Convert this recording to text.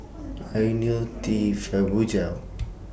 Ionil T Fibogel